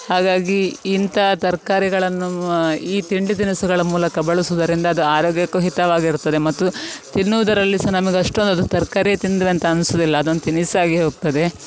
ಹಾಗಾಗಿ ಇಂಥ ತರಕಾರಿಗಳನ್ನು ಈ ತಿಂಡಿ ತಿನಿಸುಗಳ ಮೂಲಕ ಬಳಸುವುದರಿಂದ ಅದು ಆರೋಗ್ಯಕ್ಕೂ ಹಿತವಾಗಿರುತ್ತದೆ ಮತ್ತು ತಿನ್ನುವುದರಲ್ಲಿ ಸಹ ನಮಗೆ ಅಷ್ಟೊಂದು ಅದು ತರಕಾರಿ ತಿಂದ್ವಿ ಅಂತ ಅನ್ಸುವುದಿಲ್ಲ ಅದೊಂದು ತಿನಿಸಾಗಿ ಹೋಗ್ತದೆ